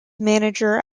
manager